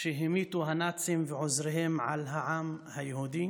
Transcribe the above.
שהמיטו הנאצים ועוזריהם על העם היהודי